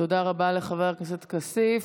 תודה רבה לחבר הכנסת כסיף.